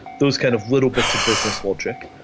those kinds of little bits of business logic.